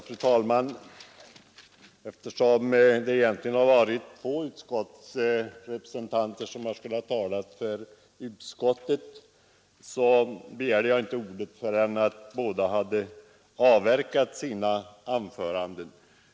Fru talman! Eftersom egentligen två utskottsrepresentanter skulle tala för utskottet, begärde jag inte ordet förrän båda hade avverkat sina anföranden.